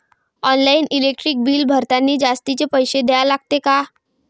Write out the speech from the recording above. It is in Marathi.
ऑनलाईन इलेक्ट्रिक बिल भरतानी जास्तचे पैसे द्या लागते का?